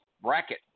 Bracket